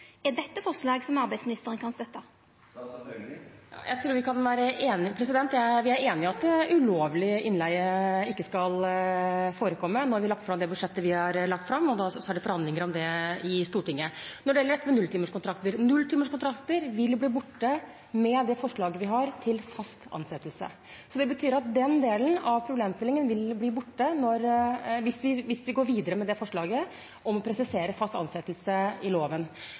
Er dette forslag som arbeidsministeren kan støtta? Ja, jeg tror vi kan være enige. Vi er enig i at ulovlig innleie ikke skal forekomme. Nå har vi lagt fram det budsjettet vi har lagt fram, og så er det forhandlinger om det i Stortinget. Når det gjelder dette med nulltimerskontrakter: Nulltimerskontrakter vil bli borte med det forslaget vi har om fast ansettelse. Det betyr at den delen av problemstillingen vil bli borte hvis vi går videre med forslaget om å presisere fast ansettelse i loven.